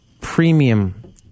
premium